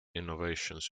innovations